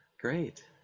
great